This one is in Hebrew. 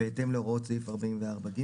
בהתאם להוראות סעיף 44(ג),